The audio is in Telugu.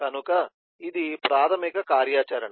కనుక ఇది ప్రాథమిక కార్యాచరణ